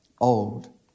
old